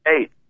Eight